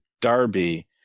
Darby